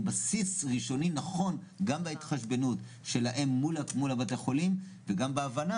בסיס ראשוני נכון גם בהתחשבנות שלהם מול בתי החולים וגם בהבנה,